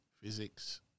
physics